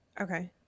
Okay